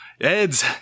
Eds